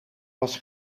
was